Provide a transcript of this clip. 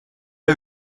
est